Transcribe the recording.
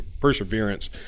perseverance